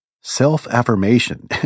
self-affirmation